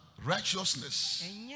righteousness